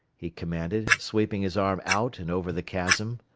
he commanded, sweeping his arm out and over the chasm.